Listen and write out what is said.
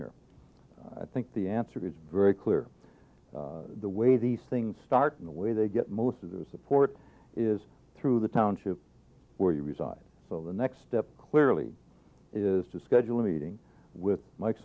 here i think the answer is very clear the way these things start in the way they get most of the support is through the township where you reside so the next step clearly is to schedule a meeting with m